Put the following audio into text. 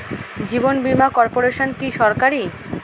জীবন বীমা কর্পোরেশন কি সরকারি?